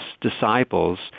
disciples